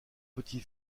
petit